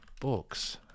books